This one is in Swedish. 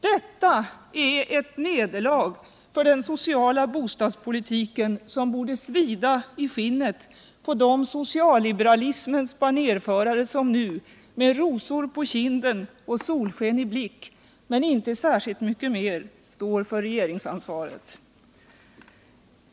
Det är ett nederlag för den sociala bostadspolitiken som borde svida i skinnet på de socialliberalismens banérförare som nu med ”rosor på kinden och solsken i blick” — men inte särskilt mycket mer — står för regeringsansvaret.